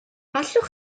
allwch